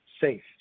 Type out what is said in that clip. safe